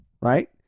right